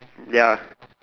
ya